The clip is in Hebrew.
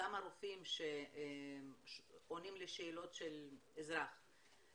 אותם הרופאים שעונים לשאלות של אזרח,